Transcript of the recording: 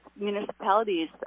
municipalities